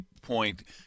point